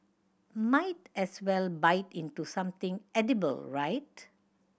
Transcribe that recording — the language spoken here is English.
might as well bite into something edible right